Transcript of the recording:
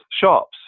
shops